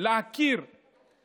בהיעדר פתרונות דיור אחרים.